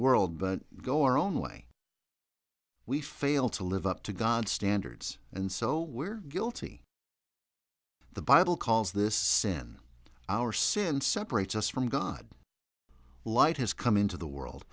world but go our own way we fail to live up to god's standards and so we're guilty the bible calls this sin our sin separates us from god light has come into the world